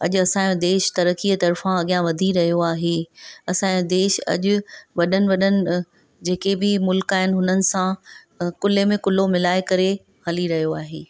अॼु असांजो देश तरकीअ तर्फ़ा अॻियां वधी रहियो आहे असांजो देशु अॼु वॾनि वॾनि जेके बि मुल्क आहिनि उन्हनि सां कुल्हे में कुल्हो मिलाए करे हली रहियो आहे